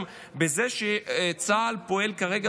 זה שצה"ל פועל כרגע,